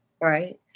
right